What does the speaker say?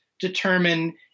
determine